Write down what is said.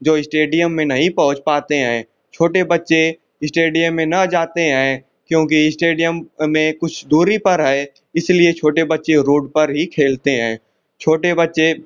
जो इस्टेडियम में नहीं पहुँच पाते हैं छोटे बच्चे इस्टेडियम में ना जाते हैं क्योंकि इस्टेडियम में कुछ दूरी पर है इसलिए छोटे बच्चे रोड पर ही खेलते हैं छोटे बच्चे